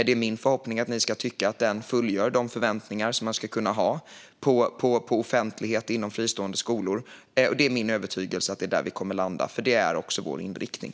Det är min förhoppning att ni då ska tycka att den infriar de förväntningar man kan ha på offentlighet inom fristående skolor. Min övertygelse är att vi kommer att landa där, för det är vår inriktning.